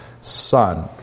Son